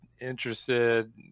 interested